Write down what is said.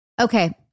Okay